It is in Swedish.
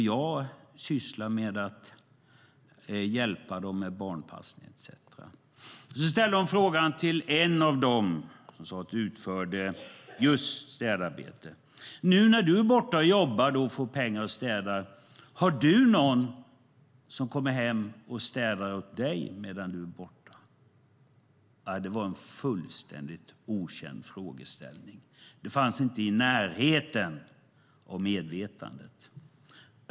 Jag sysslar med att hjälpa dem med barnpassning etcetera. Hon ställde frågan till en av dem som sa att de utförde städarbete: Nu när du är borta och jobbar och får pengar för att städa, har du någon som kommer hem och städar åt dig medan du är borta? Det var en fullständigt främmande frågeställning. Det fanns inte i närheten av medvetandet.